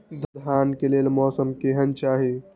धान के लेल मौसम केहन चाहि?